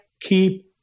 keep